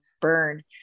burn